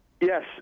Yes